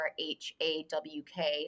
h-a-w-k